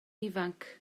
ifanc